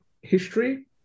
history